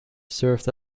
served